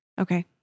Okay